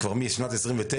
זה כבר משנת 1929,